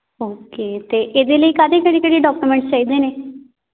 okay ਅਤੇ ਇਹਦੇ ਲਈ ਕਾਹਦੇ ਕਿਹੜੇ ਕਿਹੜੇ ਡਾਕੂਮੈਂਟਸ ਚਾਹੀਦੇ ਨੇ